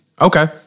Okay